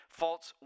false